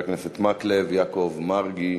אחריה, חברי הכנסת מקלב, יעקב מרגי,